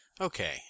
Okay